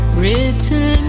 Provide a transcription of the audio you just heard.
written